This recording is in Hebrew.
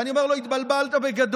ואני אומר לו: התבלבלת בגדול.